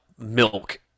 milk